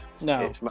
No